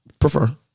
prefer